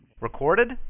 Recorded